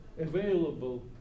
available